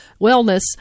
wellness